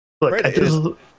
Look